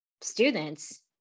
students